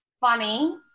Funny